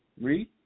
Read